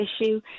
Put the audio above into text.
issue